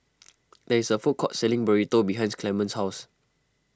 there is a food court selling Burrito behind Clement's house